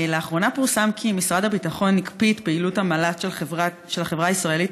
לאחרונה פורסם כי משרד הביטחון הקפיא את פעילות המל"ט של החברה הישראלית